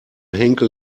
henkel